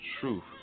truth